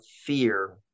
fear